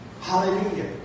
Hallelujah